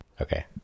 Okay